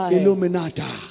Illuminata